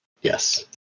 Yes